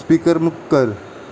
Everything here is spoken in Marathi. स्पीकर मूक कर